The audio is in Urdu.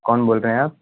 کون بول رہے ہیں آپ